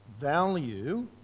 value